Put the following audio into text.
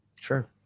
Sure